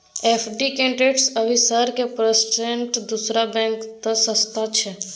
FD के interest अभी sir की परसेंट दूसरा बैंक त सस्ता छः?